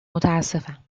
متاسفم